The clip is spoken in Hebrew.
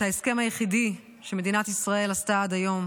ההסכם היחידי שמדינת ישראל עשתה עד היום.